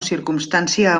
circumstància